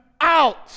out